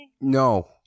No